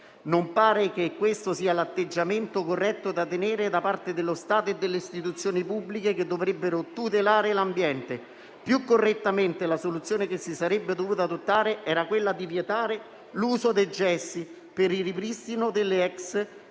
non pare che questo sia l'atteggiamento corretto da tenere da parte dello Stato e delle Istituzioni pubbliche che dovrebbero tutelare l'ambiente. Più correttamente, la soluzione che si sarebbe dovuta adottare era quella di vietare l'uso dei gessi per il ripristino delle ex cave